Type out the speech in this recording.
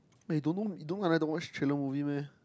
eh you don't know you don't know I like to watch thriller movie meh